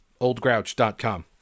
Oldgrouch.com